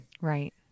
right